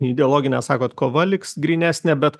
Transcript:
ideologinė sakot kova liks grynesnė bet